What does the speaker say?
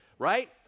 Right